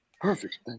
Perfect